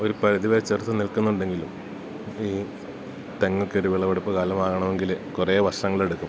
ഒരുപരിധിവരെ ചെറുത്തുനിര്ത്തുന്നുണ്ടെങ്കിലും ഈ തെങ്ങൊക്കെയൊരു വിളവെടുപ്പു കാലമാകണമെങ്കില് കുറേ വർഷങ്ങളെടുക്കും